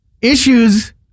issues